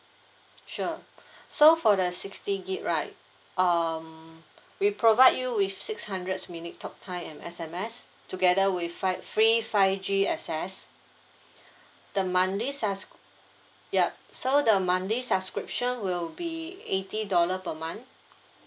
sure so for the sixty gig right um we provide you with six hundreds minute talk time and S_M_S together with fi~ free five G access the monthly subs~ yup so the monthly subscription will be eighty dollar per month